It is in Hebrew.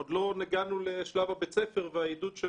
עוד לא הגענו לשלב בית הספר והעידוד של